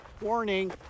Warning